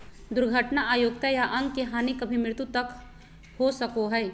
दुर्घटना अयोग्यता या अंग के हानि कभी मृत्यु तक हो सको हइ